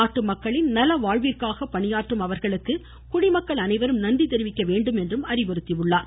நாட்டு மக்களின் நலவாழ்விற்காக பணியாற்றும் அவர்களுக்கு குடிமக்கள் அனைவரும் நன்றி தெரிவிக்க வேண்டும் என்று கூறியுள்ளார்